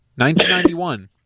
1991